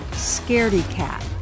Scaredy-cat